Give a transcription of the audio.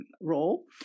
role